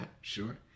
sure